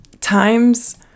Times